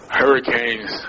hurricanes